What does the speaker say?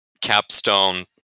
capstone